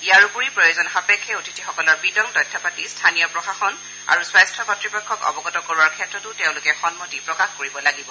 ইয়াৰ উপৰি প্ৰয়োজন সাপেক্ষে অতিথিসকলৰ বিতং তথ্যপাতি স্থানীয় প্ৰশাসন আৰু স্বাস্থ্য কৰ্ত্তপক্ষক অৱগত কৰোৱাৰ ক্ষেত্ৰতো তেওঁলোকে সন্মতি প্ৰকাশ কৰিব লাগিব